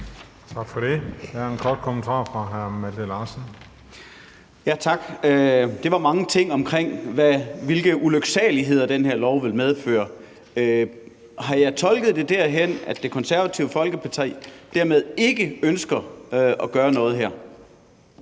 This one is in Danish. Tak for det. Der er en kort bemærkning fra hr. Malte Larsen. Kl. 14:47 Malte Larsen (S): Tak. Det var mange ting om, hvilke ulyksaligheder den her lov vil medføre. Kan jeg tolke det sådan, at Det Konservative Folkeparti dermed ikke ønsker at gøre noget her?